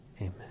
Amen